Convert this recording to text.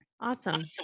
Awesome